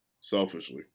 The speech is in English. selfishly